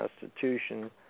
constitution